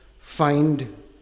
find